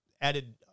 added